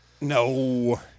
No